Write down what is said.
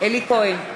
אלי כהן,